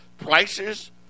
Prices